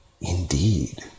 indeed